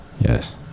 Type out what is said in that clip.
Yes